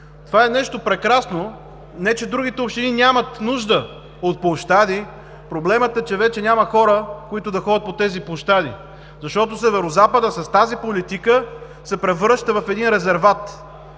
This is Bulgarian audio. Това е нещо прекрасно. Не че другите общини нямат нужда от площади. Проблемът е, че вече няма хора, които да ходят по тези площади, защото Северозападът с тази политика се превръща в един резерват.